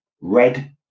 Red